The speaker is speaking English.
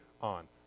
on